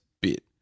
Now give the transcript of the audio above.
bit